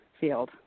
field